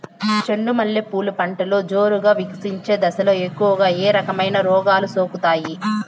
చెండు మల్లె పూలు పంటలో జోరుగా వికసించే దశలో ఎక్కువగా ఏ రకమైన రోగాలు సోకుతాయి?